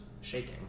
shaking